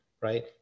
right